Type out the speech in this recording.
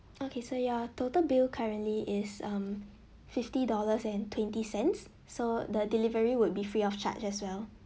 okay so your total bill currently is um fifty dollars and twenty cents so the delivery would be free of charge as well